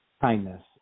kindness